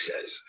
says